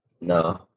No